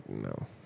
No